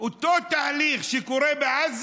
תודה לחבר הכנסת אחמד